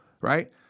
right